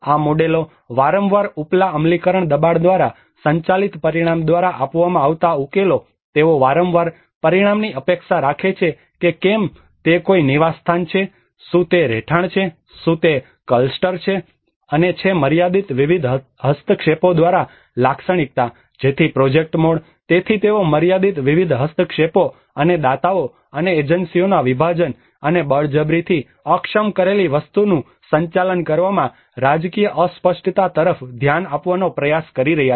આ મોડેલો વારંવાર ઉપલા અમલીકરણ દબાણ દ્વારા સંચાલિત પરિણામ દ્વારા આપવામાં આવતા ઉકેલો તેઓ વારંવાર પરિણામની અપેક્ષા રાખે છે કે કેમ તે કોઈ નિવાસસ્થાન છે શું તે એક રહેઠાણ છે શું તે ક્લસ્ટર છે અને છે મર્યાદિત વિવિધ હસ્તક્ષેપો દ્વારા લાક્ષણિકતા જેથી પ્રોજેક્ટ મોડ તેથી તેઓ મર્યાદિત વિવિધ હસ્તક્ષેપો અને દાતાઓ અને એજન્સીઓના વિભાજન અને બળજબરીથી અક્ષમ કરેલી વસ્તીનું સંચાલન કરવાના રાજકીય અસ્પષ્ટતા તરફ ધ્યાન આપવાનો પ્રયાસ કરી રહ્યા છે